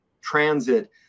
transit